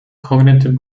cognitive